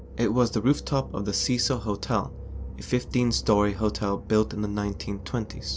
it was the rooftop of the cecil hotel, a fifteen storey hotel built in the nineteen twenty so